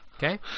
Okay